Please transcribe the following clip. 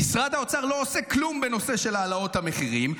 האוצר לא עושה כלום בנושא של העלאות המחירים,